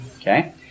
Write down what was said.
Okay